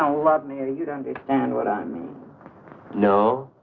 ah love me or you don't get and what i mean no.